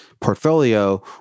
portfolio